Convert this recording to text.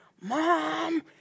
Mom